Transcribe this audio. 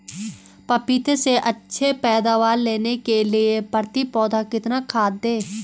पपीते से अच्छी पैदावार लेने के लिए प्रति पौधा कितनी खाद दें?